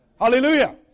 Hallelujah